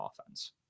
offense